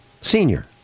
senior